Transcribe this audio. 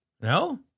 No